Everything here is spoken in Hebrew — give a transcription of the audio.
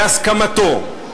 בהסכמתו,